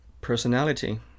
personality